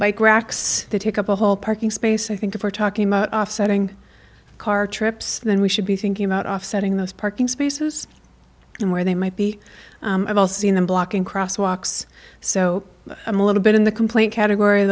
bike racks that take up a whole parking space i think if we're talking about offsetting car trips then we should be thinking about offsetting those parking spaces and where they might be i've also seen them blocking crosswalks so i'm a little bit in the complaint category